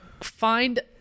find